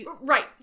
Right